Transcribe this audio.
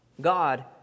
God